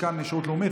חלקן שירות לאומי,